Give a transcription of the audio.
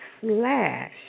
slash